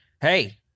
Hey